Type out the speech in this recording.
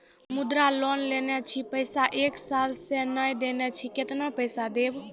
मुद्रा लोन लेने छी पैसा एक साल से ने देने छी केतना पैसा देब?